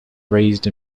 raised